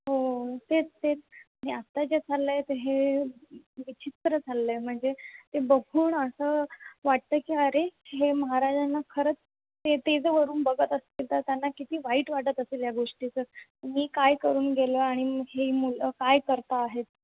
हो हो तेच तेच आणि आता जे चाललं आहे ते हे विचित्र चाललं आहे म्हणजे ते बघून असं वाटतं की अरे हे महाराजांना खरंच ते ते जर वरून बघत असतील तर त्यांना किती वाईट वाटत असेल या गोष्टीचं मी काय करून गेलो आणि ही मुलं काय करत आहेत